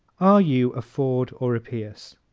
are you a ford or a pierce?